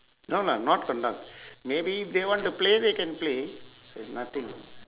no no not conduct maybe they want to play they can play there's nothing